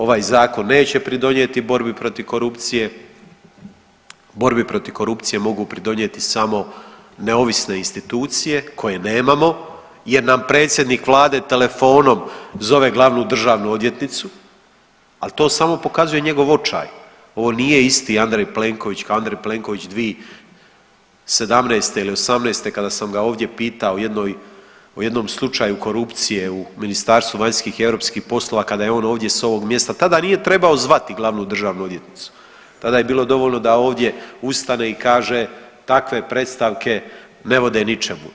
Ovaj zakon neće pridonijeti borbi protiv korupcije, borbi protiv korupcije mogu pridonijeti samo neovisne institucije koje nemamo jer nam predsjednik vlade telefonom zove glavnu državnu odvjetnicu, al to samo pokazuje njegov očaj ovo nije isti Andrej Plenković kao Andrej Plenković 2017. ili '18. kada sam ga ovdje pitao o jednom slučaju korupcije u MVEP-u kada je ono ovdje s ovog mjesta, tada nije trebao zvati glavnu državnu odvjetnicu, tada je bilo dovoljno da ovdje ustane i kaže takve predstavke ne vode ničemu.